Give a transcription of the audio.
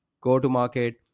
go-to-market